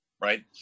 right